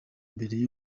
mbere